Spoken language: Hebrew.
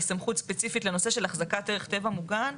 היא סמכות ספציפית לנושא של החזקת ערך טבע מוגן.